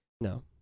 No